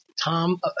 Tom